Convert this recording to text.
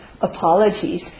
apologies